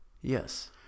Yes